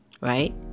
right